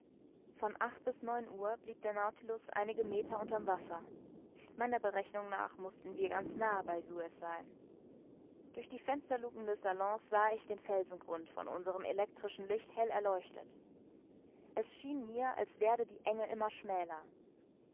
von acht bis neun uhr blieb der nautilus einige meter unter'm wasser meiner berechnung nach mußten wir ganz nahe bei suez sein durch die fensterlucken des salons sah ich den felsengrund von unserem elektrischen licht hell erleuchtet es schien mir als werde die enge immer schmäler